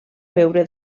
veure